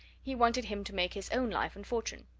he wanted him to make his own life and fortune.